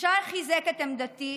ישי חיזק את עמדתי,